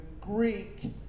Greek